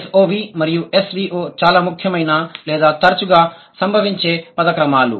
SOV మరియు SVO చాలా ముఖ్యమైన లేదా తరచుగా సంభవించే పద క్రమాలు